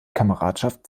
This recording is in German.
kameradschaft